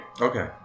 Okay